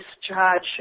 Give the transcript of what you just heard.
discharge